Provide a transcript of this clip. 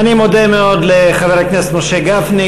אני מודה מאוד לחבר הכנסת משה גפני,